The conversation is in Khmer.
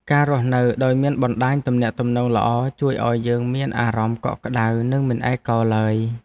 ការរស់នៅដោយមានបណ្តាញទំនាក់ទំនងល្អជួយឱ្យយើងមានអារម្មណ៍កក់ក្តៅនិងមិនឯកោឡើយ។